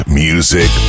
music